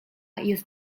jest